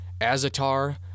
Azatar